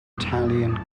italian